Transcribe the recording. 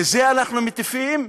לזה אנחנו מטיפים?